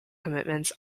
commitments